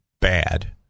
Bad